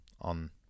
on